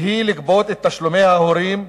והוא לגבות את תשלומי ההורים,